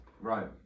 Right